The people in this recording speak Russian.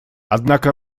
однако